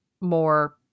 more